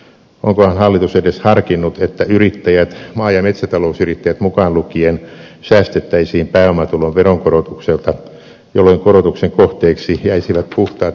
onkohan hallitus edes harkinnut että yrittäjät maa ja metsätalousyrittäjät mukaan lukien säästettäisiin pääomatuloveron korotukselta jolloin korotuksen kohteeksi jäisivät puhtaat sijoitustuotot